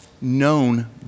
known